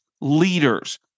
leaders